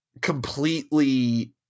completely